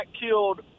killed